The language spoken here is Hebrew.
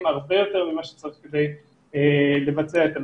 הרבה יותר ממה שצריך כדי לבצע את המשימה.